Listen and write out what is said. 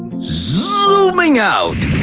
zoooming out!